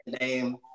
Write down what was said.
name